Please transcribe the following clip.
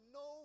no